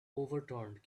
overturned